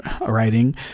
writing